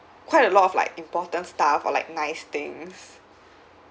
quite a lot of like important stuff or like nice things